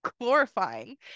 glorifying